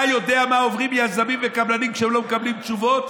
אתה יודע מה עוברים יזמים וקבלנים כשהם לא מקבלים תשובות